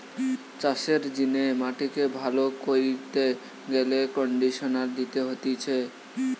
চাষের জিনে মাটিকে ভালো কইরতে গেলে কন্ডিশনার দিতে হতিছে